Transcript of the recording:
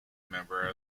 member